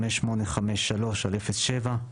5853/07,